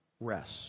rest